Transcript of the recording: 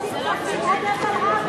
אני אינני מבקש להסיר את החוק.